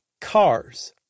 Cars